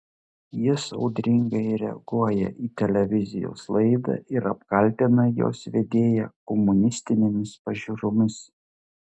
jis audringai reaguoja į televizijos laidą ir apkaltina jos vedėją komunistinėmis pažiūromis